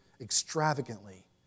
extravagantly